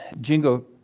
Jingo